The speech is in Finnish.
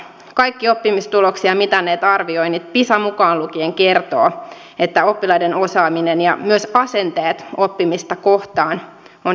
kaikki oppimistuloksia mitanneet arvioinnit pisa mukaan lukien kertovat että oppilaiden osaaminen ja myös asenteet oppimista kohtaan ovat heikentymässä